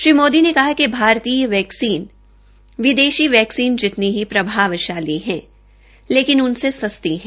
श्री मोदी ने कहा कि भारतीय वैक्सीन विदेषी वैक्सीन जिनती प्रभावषाली है लेकिन उनसे सस्ती है